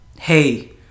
Hey